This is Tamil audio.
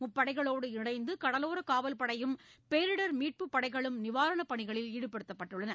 முப்படைகளோடு இணைந்துகடலோரகாவல்படையும் பேரிடர் மீட்புப் படைகளும் நிவாரணப் பணிகளில் ஈடுபடுத்தப்பட்டுள்ளனர்